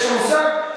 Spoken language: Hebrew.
יש לך מושג?